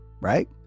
right